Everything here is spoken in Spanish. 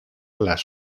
las